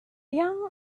young